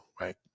right